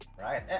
Right